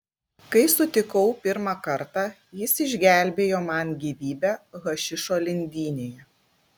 kai sutikau pirmą kartą jis išgelbėjo man gyvybę hašišo lindynėje